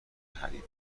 هری